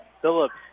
Phillips